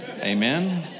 Amen